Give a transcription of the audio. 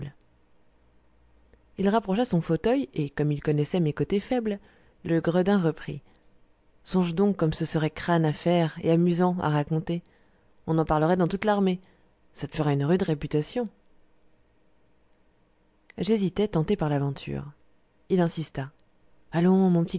il rapprocha son fauteuil et comme il connaissait mes côtés faibles le gredin reprit songe donc comme ce serait crâne à faire et amusant à raconter on en parlerait dans toute l'armée ça te ferait une rude réputation j'hésitais tenté par l'aventure il insista allons mon petit